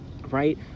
right